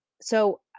So-